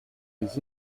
des